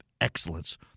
Excellence